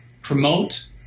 promote